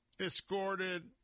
escorted